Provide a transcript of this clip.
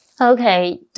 Okay